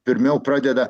pirmiau pradeda